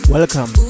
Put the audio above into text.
Welcome